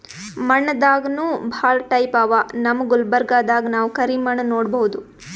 ಮಣ್ಣ್ ದಾಗನೂ ಭಾಳ್ ಟೈಪ್ ಅವಾ ನಮ್ ಗುಲ್ಬರ್ಗಾದಾಗ್ ನಾವ್ ಕರಿ ಮಣ್ಣ್ ನೋಡಬಹುದ್